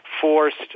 forced